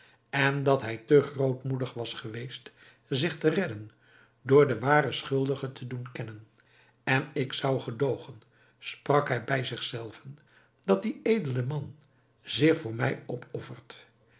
en dat hij te grootmoedig was geweest zich te redden door den waren schuldige te doen kennen en ik zou gedoogen sprak hij bij zich zelven dat die edele man zich voor mij opoffert